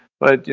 but,